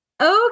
Okay